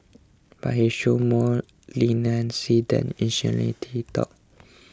but he showed more leniency than initially T thought